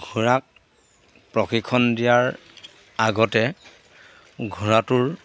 ঘোঁৰাক প্ৰশিক্ষণ দিয়াৰ আগতে ঘোঁৰাটোৰ